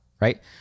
right